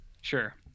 sure